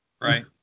Right